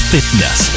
Fitness